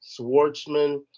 Swartzman